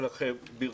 קודם כול, אכן ברכותיי.